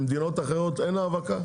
במדינות אחרות אין האבקה?